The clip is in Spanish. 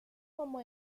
como